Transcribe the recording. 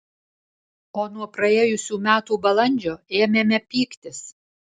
o nuo praėjusių metų balandžio ėmėme pyktis